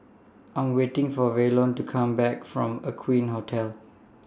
I'm waiting For Waylon to Come Back from Aqueen Hotel